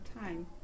time